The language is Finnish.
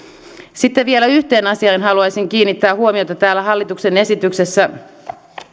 sitten vielä yhteen asiaan haluaisin kiinnittää huomiota täällä hallituksen esityksessä